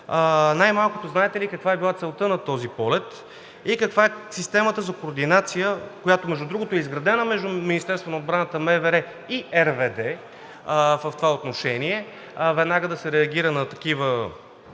Най-малкото, знаете ли каква е била целта на този полет и каква е системата за координация, която, между другото, е изградена между Министерството на отбраната, МВР и РВД в това отношение веднага да се реагира на такива нарушители?